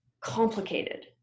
complicated